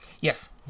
yes